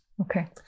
Okay